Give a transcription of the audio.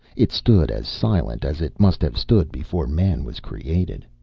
it stood as silent as it must have stood before man was created.